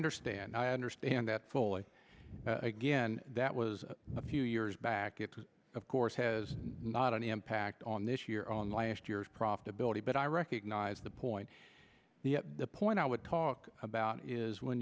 understand i understand that fully again that was a few years back it was of course has not any impact on this year on last year's profitability but i recognize the point the point i would talk about is when